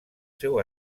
seu